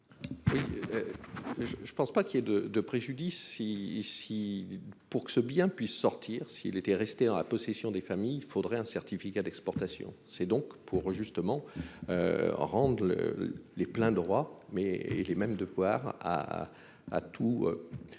je ne pense pas qu'il y ait de de préjudice. Ici. Pour que ce bien puisse sortir s'il était resté dans la possession des familles. Il faudrait un certificat d'exportation. C'est donc pour justement. Rendent le les pleins droits mais et les mêmes devoirs à à tout.